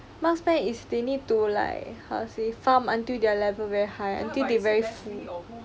marksman is they need to like how to say farm until their level very high until they very full